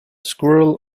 squirrel